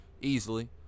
easily